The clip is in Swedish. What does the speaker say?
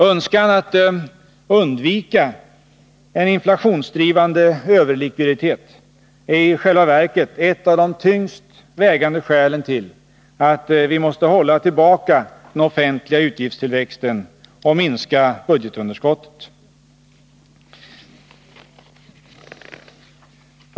Önskan att undvika en inflationsdrivande överlikviditet är i själva verket ett av de tyngst vägande skälen till att vi måste hålla tillbaka den offentliga utgiftstillväxten och minska budgetunderskottet.